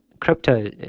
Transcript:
crypto